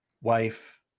wife